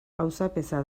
auzapeza